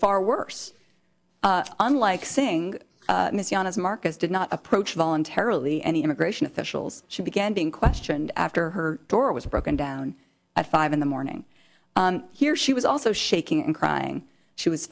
far worse unlike saying miss young as marcus did not approach voluntarily any immigration officials she began being questioned after her door was broken down at five in the morning here she was also shaking and crying she was